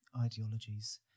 ideologies